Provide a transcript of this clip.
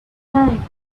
time